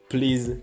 Please